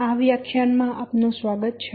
આ વ્યાખ્યાન માં આપનું સ્વાગત છે